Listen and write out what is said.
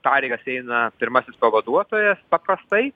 pareigas eina pirmasis pavaduotojas paprastai